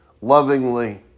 lovingly